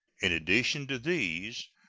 in addition to these,